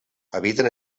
habiten